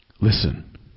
Listen